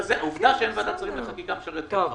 העובדה שאין ועדת שרים לחקיקה משרתת אותך.